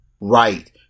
right